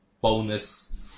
bonus